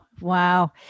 wow